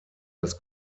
das